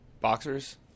Boxers